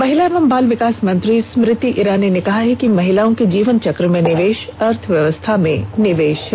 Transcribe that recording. महिला एवं बाल विकास मंत्री स्मृति ईरानी ने कहा है कि महिलाओं के जीवनचक्र में निवेश अर्थव्यवस्था में निवेश है